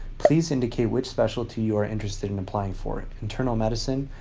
please indicate which specialty you are interested in applying for, internal medicine,